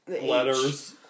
Letters